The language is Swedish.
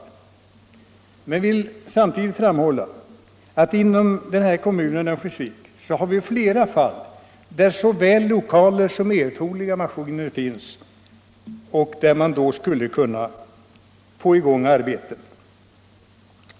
Men jag vill samtidigt framhålla att inom Örnsköldsviks kommun har vi flera fall där såväl lokaler som erforderliga maskiner redan finns och där man skulle kunna få i gång arbeten.